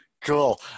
Cool